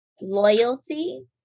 loyalty